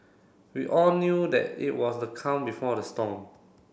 we all knew that it was the calm before the storm